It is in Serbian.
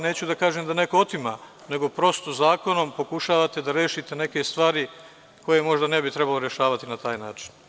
Neću da kažem da neko otima, nego prosto zakonom pokušavate da rešite neke stvari koje možda ne bi trebalo rešavati na taj način.